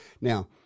Now